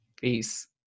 peace